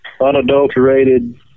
unadulterated